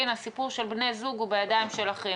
האוכלוסין, הסיפור של בני זוג הוא בידיים שלכם,